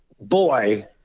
boy